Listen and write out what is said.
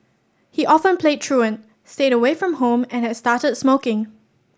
he often played truant stayed away from home and had started smoking